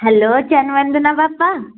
hello चरण वंदना पापा